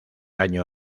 año